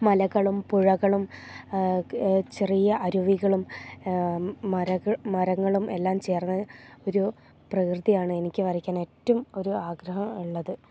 മലകളും പുഴകളും ചെറിയ അരുവികളും മരങ്ങളും എല്ലാം ചേർന്ന ഒരു പ്രകൃതിയാണ് എനിക്ക് വരയ്ക്കാൻ ഏറ്റവും ഒരു ആഗ്രഹം ഉള്ളത്